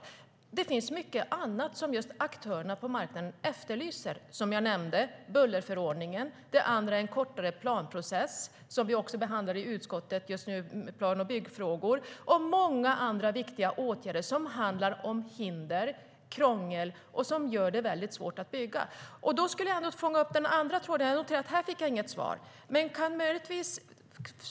Men det finns mycket annat som aktörerna på marknaden efterlyser: bullerförordningen som jag nämnde, en kortare planprocess som vi behandlar i utskottet just nu under plan och byggfrågor och många andra viktiga åtgärder som handlar om hinder och krångel som gör det svårt att bygga. Här fick jag inget svar. Jag skulle vilja fånga upp den andra tråden.